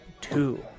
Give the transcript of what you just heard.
two